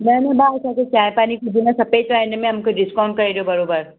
न न भाउ असां खे चांहि पाणी कुझु न खपे त हिन में मूंखे डिस्काउंट करे ॾियो बरोबर